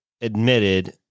admitted